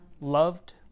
loved